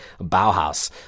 Bauhaus